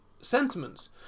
sentiments